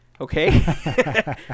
okay